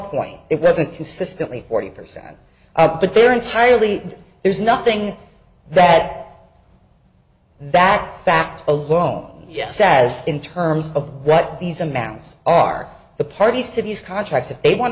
point it wasn't consistently forty percent but they're entirely there's nothing that that fact alone yet says in terms of that these amounts are the parties to these contracts if they want